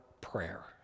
prayer